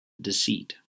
deceit